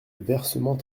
versement